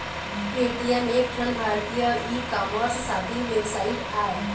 Paytm एक ठन भारतीय ई कामर्स सॉपिंग वेबसाइट आय